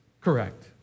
Correct